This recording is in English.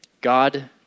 God